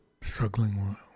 struggling